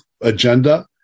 agenda